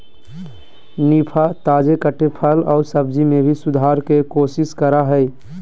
निफा, ताजे कटे फल आऊ सब्जी में भी सुधार के कोशिश करा हइ